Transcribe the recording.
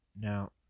Now